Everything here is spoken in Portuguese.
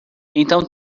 então